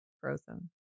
Frozen